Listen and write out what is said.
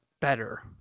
better